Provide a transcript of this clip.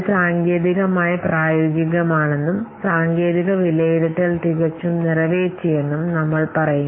അത് സാങ്കേതികമായി പ്രായോഗികമാണെന്നും സാങ്കേതിക വിലയിരുത്തൽ തികച്ചും നിറവേറ്റിയെന്നും നമ്മൾ പറയുന്നു